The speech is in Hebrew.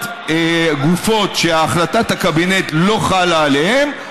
גופות שהחלטת הקבינט לא חלה עליהן,